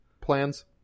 plans